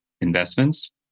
investments